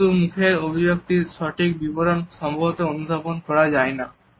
যেহেতু মুখের অভিব্যক্তির সঠিক বিবরণ সম্ভবত অনুধাবন করা যায় না